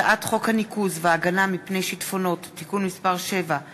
הצעת חוק הניקוז וההגנה מפני שיטפונות (תיקון מס' 7),